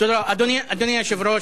תודה, אדוני היושב-ראש,